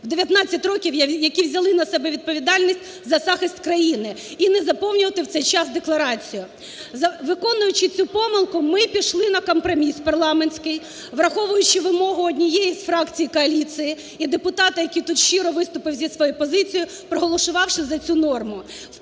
в 19 років які взяли на себе відповідальність за захист країни, і не заповнювати в цей час декларацію. Виконуючи цю помилку, ми пішли на компроміс парламентський, враховуючи вимогу однієї з фракцій коаліції і депутата, який тут щиро виступив зі своєю позицією, проголосувавши за цю норму.